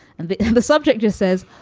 and the subject just says,